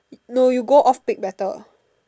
no you go off peak better